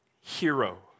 Hero